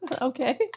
Okay